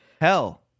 Hell